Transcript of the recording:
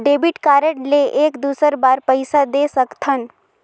Debit card ले एक दुसर बार पइसा दे सकथन?